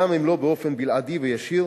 גם אם לא באופן בלעדי וישיר